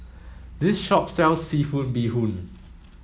this shop sells seafood bee hoon